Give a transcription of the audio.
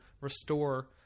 restore